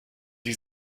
sie